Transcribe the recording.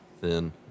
thin